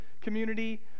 community